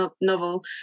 novel